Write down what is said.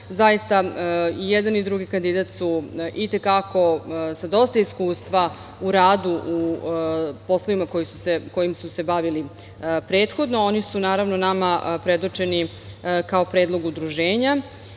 Zaista, i jedan i drugi kandidat su i te kako sa dosta iskustva u radu u poslovima kojima su bavili prethodno, oni su nama, naravno, predočeni kao predlog Udruženja. Sada